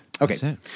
Okay